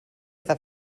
iddo